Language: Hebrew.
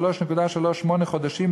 3.38 חודשים,